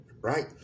right